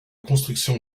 construction